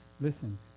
Listen